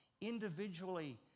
individually